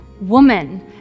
woman